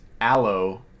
aloe